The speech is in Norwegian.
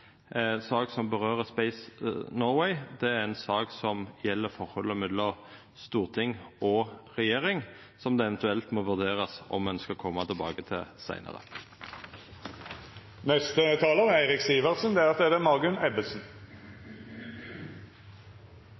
sak som gjeld Space Norway. Det er ei sak som gjeld forholdet mellom storting og regjering, som det eventuelt må vurderast om ein skal koma tilbake til seinare. La meg få starte med mantraet om at nordområdene er